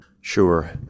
Sure